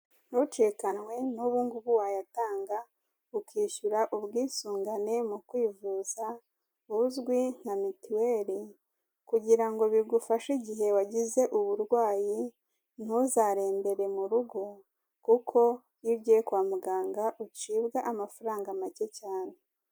Ntucikanwe n'ubungubu wayatanga ukishyura ubwisungane mu kwivuza buzwi nka mituweli, kugirango bigufashe igihe wagize uburwayi ntuzaremberere mu rugo, kuko iyo ugiye kwa muganga ucibwa amafaranga make cyane.